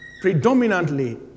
Predominantly